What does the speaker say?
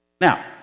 Now